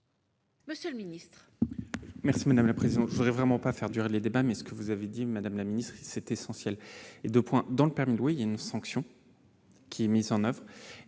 monsieur le ministre,